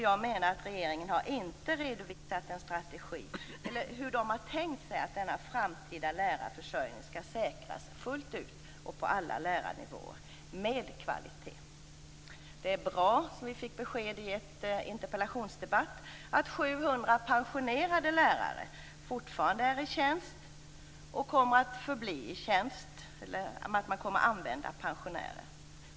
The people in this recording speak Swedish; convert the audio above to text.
Jag menar att regeringen inte har redovisat hur den tänkt sig att denna framtida lärarförsörjning fullt ut och på alla lärarnivåer säkras, och då med kvalitet. Det är bra, som vi fick besked om i en interpellationsdebatt, att 700 pensionerade lärare fortfarande är i tjänst och kommer att förbli i tjänst, att man kommer att använda pensionärer.